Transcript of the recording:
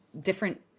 different